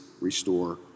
restore